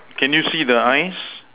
can you see the eyes